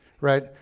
right